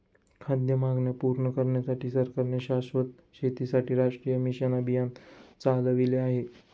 खाद्य मागण्या पूर्ण करण्यासाठी सरकारने शाश्वत शेतीसाठी राष्ट्रीय मिशन अभियान चालविले आहे